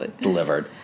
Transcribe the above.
delivered